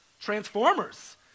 Transformers